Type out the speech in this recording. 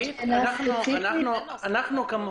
אנחנו גם כאן